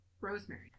rosemary